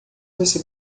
você